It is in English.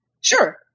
Sure